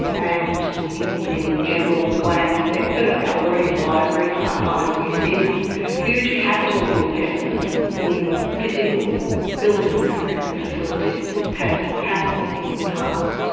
and in the general glam sector galleries, libraries, archives, museums huge capital investment in physical buildings and facilities has happened in the past,